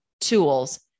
tools